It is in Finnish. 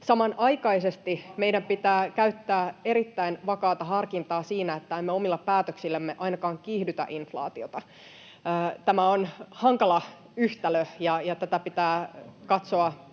Samanaikaisesti meidän pitää käyttää erittäin vakaata harkintaa siinä, että emme omilla päätöksillämme ainakaan kiihdytä inflaatiota. Tämä on hankala yhtälö, ja tätä pitää katsoa